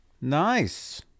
Nice